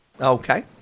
Okay